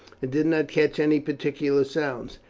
and did not catch any particular sounds.